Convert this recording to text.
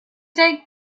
take